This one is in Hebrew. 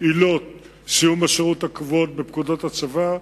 עילות סיום השירות הקבועות בפקודות הצבא.